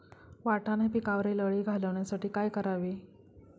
वाटाणा पिकावरील अळी घालवण्यासाठी काय करावे?